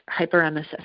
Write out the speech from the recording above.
hyperemesis